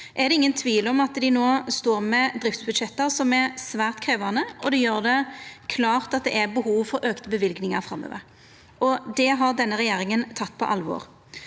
er det ingen tvil om at dei no står med driftsbudsjett som er svært krevjande, og det gjer det klart at det er behov for auka løyvingar framover. Det har denne regjeringa teke på alvor.